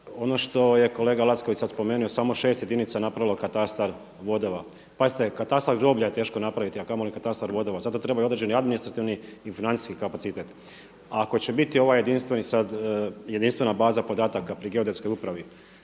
Ono što je kolega Lacković sada spomenuo samo šest jedinica napravilo katastar vodova. Pazite, katastar groblja je teško napraviti, a kamoli katastar vodova, za to treba određeni administrativni i financijski kapacitete. Ako će biti ova jedinstvena baza podataka pri Geodetskoj upravi,